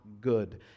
good